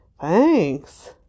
Thanks